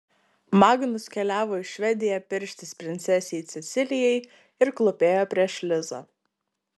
magnus keliavo į švediją pirštis princesei cecilijai ir klūpėjo prieš lizą